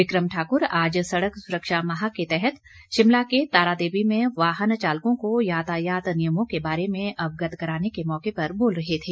विक्रम ठाकर आज सडक सुरक्षा माह के तहत शिमला के तारादेवी में वाहन चालकों को यातायात नियमों के बारे में अवगत कराने के मौके पर बोल रहे थे